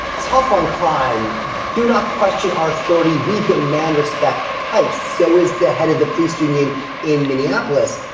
tough on crime. do not question our thirty we demand respect types. so is the head of the police union in minneapolis.